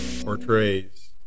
portrays